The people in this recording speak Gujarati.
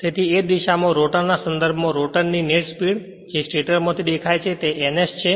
તેથી એજ દિશા માં રોટર ના સંદર્ભ માં રોટર ની નેટ સ્પીડ જે સ્ટેટર માથી દેખાય છે તે ns છે